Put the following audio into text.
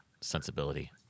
sensibility